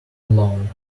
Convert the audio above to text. alone